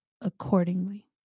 accordingly